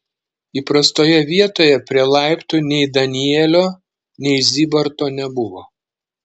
įprastoje vietoje prie laiptų nei danielio nei zybarto nebuvo